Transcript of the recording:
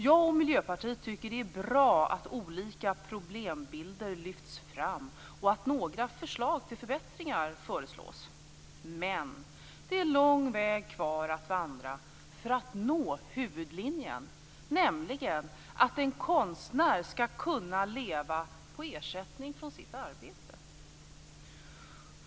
Jag och Miljöpartiet tycker att det är bra att olika problembilder lyfts fram och att några förslag till förbättringar föreslås. Men det är lång väg kvar att vandra för att nå huvudlinjen, nämligen att en konstnär skall kunna leva på ersättning från sitt arbete.